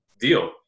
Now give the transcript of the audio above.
deal